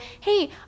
hey